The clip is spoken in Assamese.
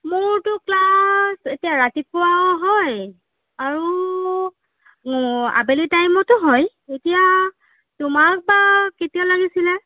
মোৰতো ক্লাছ এতিয়া ৰাতিপুৱাও হয় আৰু আবেলি টাইমতো হয় এতিয়া তোমাক বা কেতিয়া লাগিছিলে